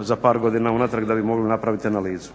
za par godina unatrag da bi mogli napraviti analizu.